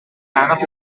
runoff